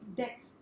death